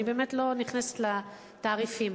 אני לא נכנסת לתעריפים.